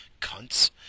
cunts